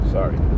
Sorry